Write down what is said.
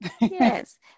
Yes